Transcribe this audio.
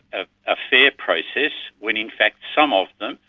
ah a fair process when in fact some of them,